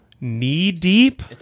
knee-deep